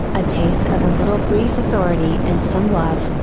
a taste of a little brief authority and some love,